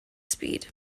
speed